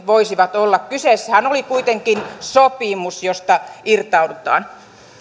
voisivat olla kyseessähän oli kuitenkin sopimus josta irtaudutaan